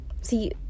see